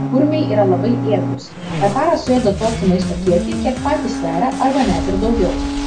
kurmiai yra labai ėdrūs per parą suėda tokį maisto kiekį kiek patys sveria arba net ir daugiau